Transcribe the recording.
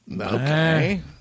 okay